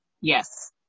Yes